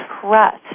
trust